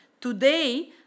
Today